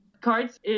cards